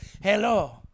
hello